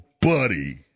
buddy